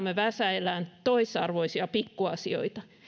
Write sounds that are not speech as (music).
(unintelligible) me väsäilemme toisarvoisia pikkuasioita